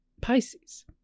Pisces